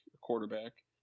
quarterback